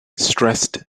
stressed